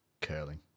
curling